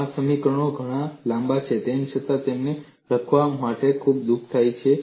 આ સમીકરણો ઘણા લાંબા છે તેમ છતાં તેમને લખવા માટે દુખ થાય છે